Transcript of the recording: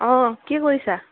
অঁ কি কৰিছা